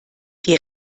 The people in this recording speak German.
die